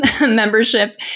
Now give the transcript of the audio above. membership